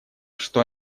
что